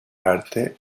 arte